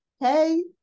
hey